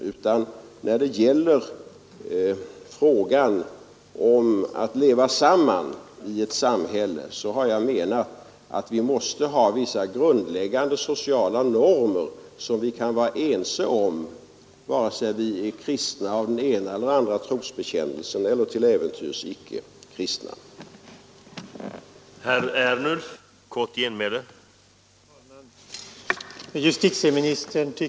Jag har menat att vi, när det gäller frågan om att leva samman i ett samhälle, måste ha vissa grundläggande sociala normer, som vi kan vara ense om vare sig vi är kristna av den ena eller andra trosbekännelsen eller till äventyrs inte är kristna.